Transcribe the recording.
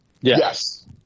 Yes